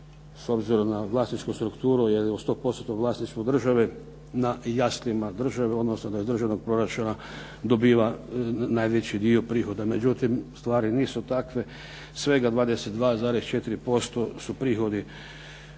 s obzirom na vlasničku struktru jer je u 100%-nom vlasništvu države, na jaslima države, odnosno da od državnog proračuna dobiva najveći dio prihoda. Međutim, stvari nisu takve. Svega 22,4% su prihodi